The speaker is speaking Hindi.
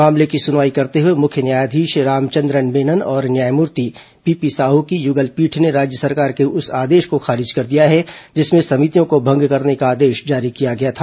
मामले की सुनवाई करते हए मुख्य न्यायाधीश रामचंद्रन मेनन और न्यायमूर्ति पीपी साह की युगल पीठ ने राज्य सरकार के उस आदेश को खारिज कर दिया है जिसमें समितियों को भंग करने का आदेश जारी किया गया था